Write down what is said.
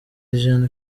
gen